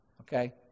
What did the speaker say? Okay